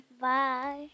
Bye